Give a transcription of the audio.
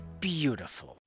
beautiful